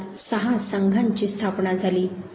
मुळात 6 संघांची स्थापना झाली